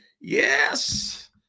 Yes